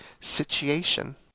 situation